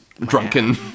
drunken